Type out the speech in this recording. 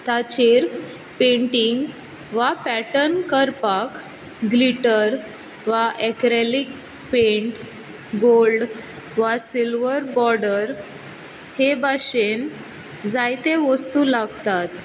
ताचेर पेंटींग वा पेटर्न करपाक ग्लिटर वा एक्रेलीक पेंट गोल्ड वा सिल्वर बोर्डर हे भाशेन जायते वस्तू लागतात